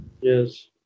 Yes